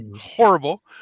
horrible